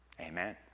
Amen